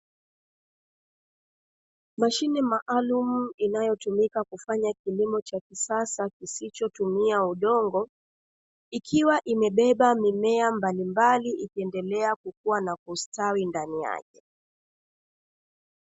Mashine maalumu inayotumika kufanya kilimo cha kisasa kisichotumia udongo, ikiwa imebeba mimea mbalimbali ikiendelea kukua na kustawi ndani yake.